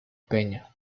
peña